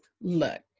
look